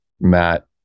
Matt